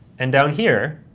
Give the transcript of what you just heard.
and down here,